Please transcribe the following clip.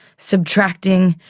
subtracting,